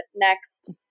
next